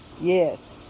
Yes